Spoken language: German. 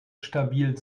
stabil